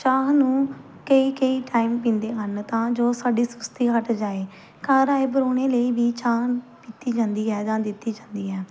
ਚਾਹ ਨੂੰ ਕਈ ਕਈ ਟਾਈਮ ਪੀਂਦੇ ਹਨ ਤਾਂ ਜੋ ਸਾਡੀ ਸੁਸਤੀ ਹਟ ਜਾਵੇ ਘਰ ਆਏ ਪਰਾਹੁਣੇ ਲਈ ਵੀ ਚਾਹ ਪੀਤੀ ਜਾਂਦੀ ਹੈ ਜਾਂ ਦਿੱਤੀ ਜਾਂਦੀ ਹੈ